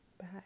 bye